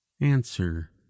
Answer